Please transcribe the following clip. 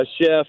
chef